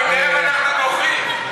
חברים, זה באמת רגע מרגש.